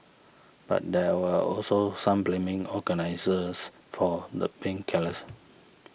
but there were also some blaming organisers for the being careless